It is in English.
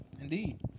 Indeed